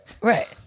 Right